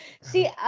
See